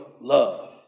love